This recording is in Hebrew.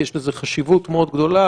יש בזה חשיבות מאוד גדולה